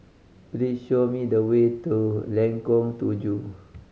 please show me the way to Lengkong Tujuh